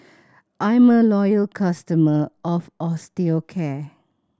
I'm a loyal customer of Osteocare